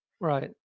Right